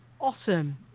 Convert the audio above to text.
awesome